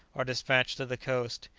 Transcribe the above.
are despatched to the coast,